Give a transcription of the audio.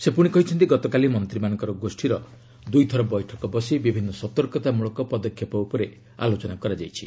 ସେ ପୁଣି କହିଛନ୍ତି ଗତକାଲି ମନ୍ତ୍ରୀମାନଙ୍କର ଗୋଷ୍ଠୀର ଦ୍ରଇଥର ବୈଠକ ବସି ବିଭିନ୍ନ ସତକତାମଳକ ପଦକ୍ଷେପ ଉପରେ ଆଲୋଚନା କରାଯାଇଛି